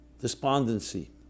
despondency